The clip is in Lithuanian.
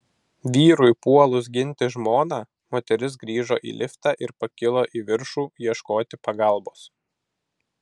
vyrui puolus ginti žmoną moteris grįžo į liftą ir pakilo į viršų ieškoti pagalbos